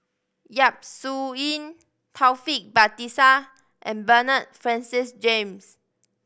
Yap Su Yin Taufik Batisah and Bernard Francis James